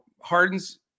Harden's